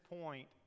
point